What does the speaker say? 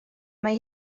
mae